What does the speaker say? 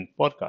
podcast